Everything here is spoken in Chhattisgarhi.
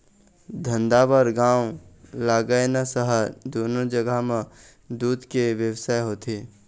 धंधा बर गाँव लागय न सहर, दूनो जघा म दूद के बेवसाय होथे